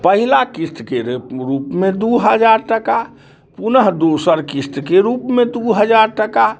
पहिला किस्तके जे रूपमे दू हजार टाका पुनः दोसर किस्तके रूपमे दू हजार टाका